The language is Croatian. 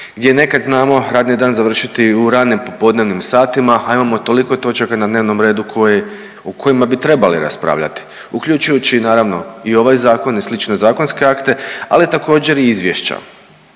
gdje nekad znamo radni dan završiti u ranim popodnevnim satima, a imamo toliko točaka na dnevnom redu koji, o kojima bi trebali raspravljati, uključujući naravno i ovaj Zakon i slične zakonske akte, ali i također, i izvješća.